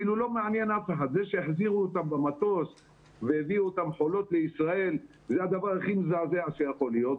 וזה שהחזירו אותן במטוס חולות לישראל זה הדבר הכי מזעזע שיכול להיות.